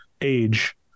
age